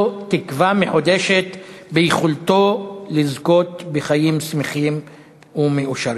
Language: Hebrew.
תקווה מחודשת ביכולתו לזכות בחיים שמחים ומאושרים.